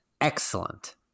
excellent